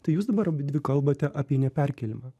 tai jūs dabar abidvi kalbate apie neperkėlimą